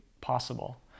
possible